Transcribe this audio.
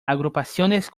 agrupaciones